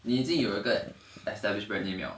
你已经有一个 established brand name liao